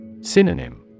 Synonym